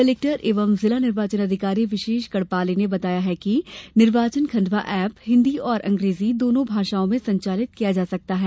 collector एवं जिला निर्वाचन अधिकारी विशेष गढ़पाले ने बताया कि निर्वाचन खण्डवा एप हिन्दी और अंग्रेजी दोनों भाषाओं में संचालित किया जा सकता है